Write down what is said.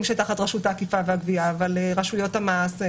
שהם תחת רשות האכיפה והגבייה אבל רשויות המס,